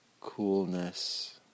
coolness